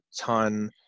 ton